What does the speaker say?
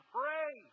pray